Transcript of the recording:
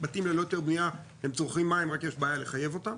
בתים ללא היתר בנייה הם צורכים מים רק יש בעיה לחייב אותם.